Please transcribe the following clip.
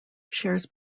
shares